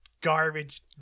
garbage